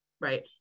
right